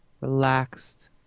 relaxed